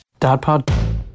Dadpod